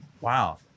wow